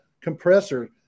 compressor